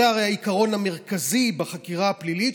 זה הרי העיקרון המרכזי בחקירה הפלילית,